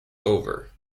over